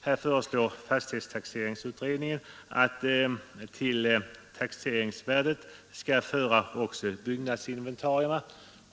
Härvidlag förelår fastighetstaxeringsutredningen att till taxeringsvärdet skall föras också byggnadsinventarierna.